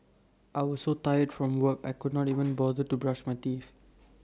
I was so tired from work I could not even bother to brush my teeth